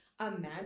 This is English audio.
imagine